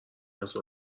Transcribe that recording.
هستش